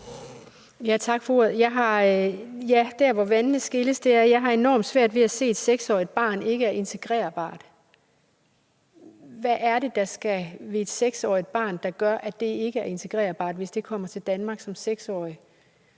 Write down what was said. Tak for ordet. Der, hvor vandene skilles, er, at jeg har enormt svært ved at se, at et 6-årigt barn ikke er integrerbart. Hvad er det ved et 6-årigt barn, der gør, at det ikke er integrerbart, hvis det kommer til Danmark som 6-årigt?